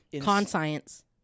Conscience